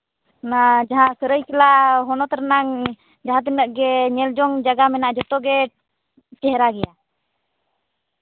ᱚᱱᱟ ᱡᱟᱦᱟᱸ ᱥᱟᱹᱨᱟᱹᱭᱠᱮᱞᱟ ᱦᱚᱱᱚᱛ ᱨᱮᱱᱟᱝ ᱡᱟᱦᱟᱸ ᱛᱤᱱᱟᱹᱜ ᱜᱮ ᱧᱮᱞ ᱡᱚᱝ ᱡᱟᱭᱜᱟ ᱢᱮᱱᱟᱜᱼᱟ ᱡᱚᱛᱚ ᱜᱮ ᱪᱮᱦᱨᱟ ᱜᱮᱭᱟ